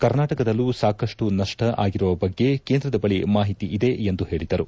ಕರ್ನಾಟಕದಲ್ಲೂ ಸಾಕಷ್ಟು ನಷ್ಟ ಆಗಿರುವ ಬಗ್ಗೆ ಕೇಂದ್ರದ ಬಳಿ ಮಾಹಿತಿ ಇದೆ ಎಂದು ಹೇಳಿದರು